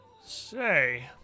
say